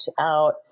out